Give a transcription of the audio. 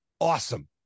awesome